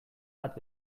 bat